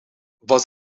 was